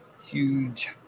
Huge